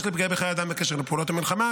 לפגיעה בחיי אדם בקשר לפעולות המלחמה,